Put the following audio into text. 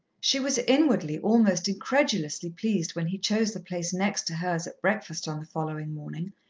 she was inwardly almost incredulously pleased when he chose the place next to hers at breakfast on the following morning,